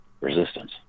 resistance